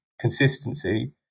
consistency